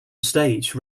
stage